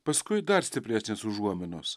paskui dar stipresnės užuominos